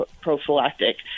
prophylactic